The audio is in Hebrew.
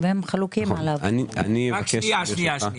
שנייה.